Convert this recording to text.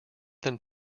than